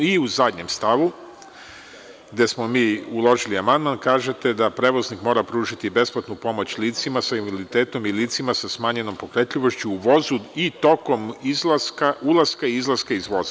U zadnjem stavu, gde smo mi uložili amandman, kažete da prevoznik mora pružiti besplatnu pomoć licima sa invaliditetom i licima sa smanjenom pokretljivošću u vozu i tokom ulaska i izlaska iz voza.